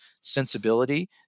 sensibility